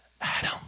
Adam